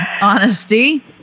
honesty